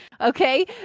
Okay